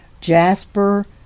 Jasper